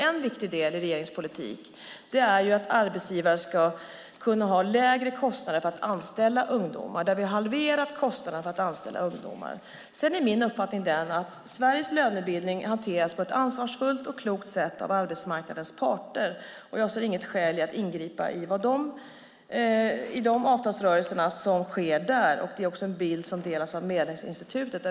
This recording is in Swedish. En viktig del i regeringens politik är att arbetsgivare ska kunna ha lägre kostnader för att anställa ungdomar, och vi har halverat kostnaderna för att anställa ungdomar. Sedan är min uppfattning den att Sveriges lönebildning hanteras på ett ansvarsfullt och klokt sätt av arbetsmarknadens parter, och jag ser inget skäl att ingripa i de avtalsrörelser som sker där. Det är också en bild som delas av Medlingsinstitutet.